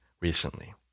recently